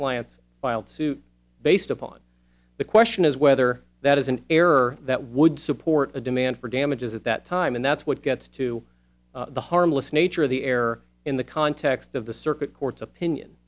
clients filed suit based upon the question is whether that is an error that would support a demand for damages at that time and that's what gets to the harmless nature of the air in the context of the circuit court's opinion